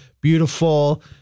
beautiful